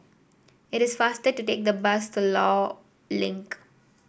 it is faster to take the bus to Law Link